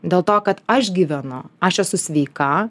dėl to kad aš gyvenu aš esu sveika